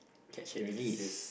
catch and release